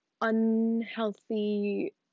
unhealthy